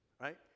right